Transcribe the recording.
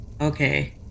Okay